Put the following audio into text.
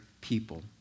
people